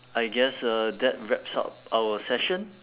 I guess uh that wraps up our session